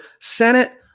Senate